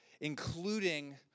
including